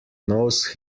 nose